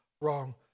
wrong